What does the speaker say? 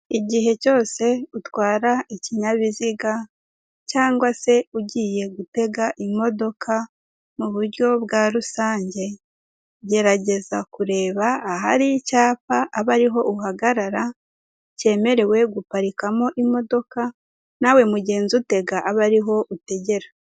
Igihe cyose utwara ikinyabiziga cg se ugiye gutega imodoka mu buryo bwa rusange gerageza kureba ahari icyapa abe ariho uhagarara cyemerewe guparikamo imodoka, nawe mugenzi utega abe ariho utegera.